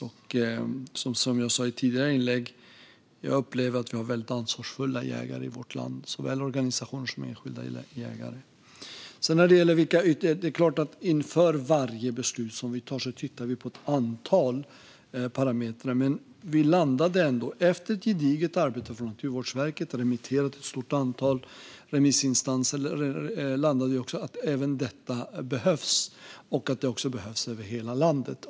Som jag sa i ett tidigare inlägg upplever jag att vi har väldigt ansvarsfulla jägare i vårt land. Det gäller såväl organisationer som enskilda jägare. När det gäller ytterligare åtgärder är det klart att vi inför varje beslut tittar på ett antal parametrar. Efter ett gediget arbete från Naturvårdsverket och remissvar från ett stort antal remissinstanser landade vi i att även detta behövs och i att det behövs över hela landet.